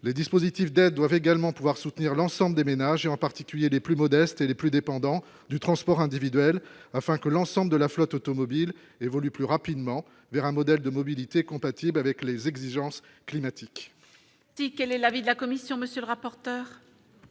les dispositifs d'aide doivent également pouvoir soutenir l'ensemble des ménages, et en particulier des plus modestes et les plus dépendants du transport individuel afin que l'ensemble de la flotte automobile évolue plus rapidement vers un modèle de mobilité compatible avec les exigences climatiques.